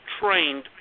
trained